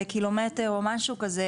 קילומטר או משהו כזה.